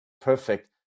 perfect